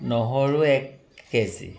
নহৰু এক KG G